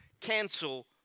cancel